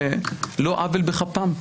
שלא עוול בכפם.